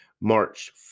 March